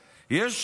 היום?